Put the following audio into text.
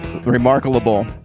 remarkable